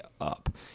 up